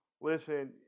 listen